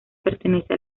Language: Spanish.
pertenece